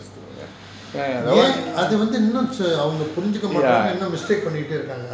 ya